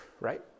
right